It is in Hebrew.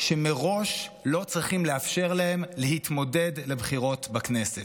שמראש לא צריכים לאפשר להם להתמודד בבחירות בכנסת.